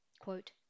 Quote